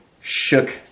shook